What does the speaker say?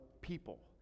people